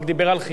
אין לי ספק.